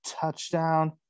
touchdown